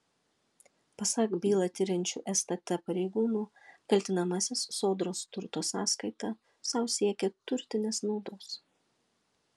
pasak bylą tiriančių stt pareigūnų kaltinamasis sodros turto sąskaita sau siekė turtinės naudos